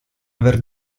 avere